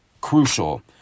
crucial